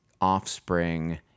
offspring